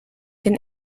than